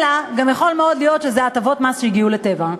אלא יכול מאוד גם להיות שאלה הטבות מס שהגיעו ל"טבע".